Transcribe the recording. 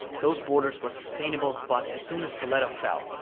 those borders were sustainable but as soon as toledo fell,